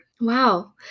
Wow